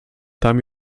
tam